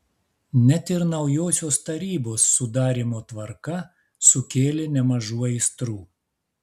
net ir naujosios tarybos sudarymo tvarka sukėlė nemažų aistrų